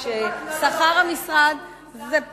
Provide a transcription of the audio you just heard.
שבהם שכר המשרד, לא,